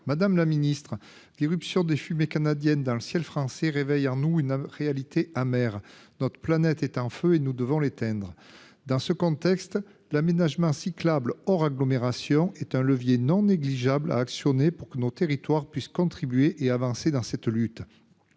Madame la ministre, l’irruption des fumées canadiennes dans le ciel français nous rappelle une réalité amère : notre planète est en feu et nous devons éteindre l’incendie. L’aménagement cyclable hors agglomération est un levier non négligeable à actionner pour que nos territoires puissent contribuer à cette lutte.